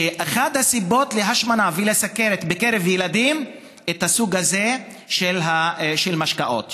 ואחת הסיבות להשמנה ולסוכרת בקרב ילדים זה הסוג הזה של משקאות,